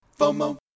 FOMO